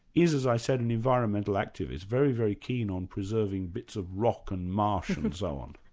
is as i said, an environmental activist, very, very keen on preserving bits of rock and marsh and so on.